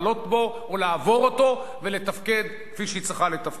בו או לעבור אותו ולתפקד כפי שהיא צריכה לתפקד.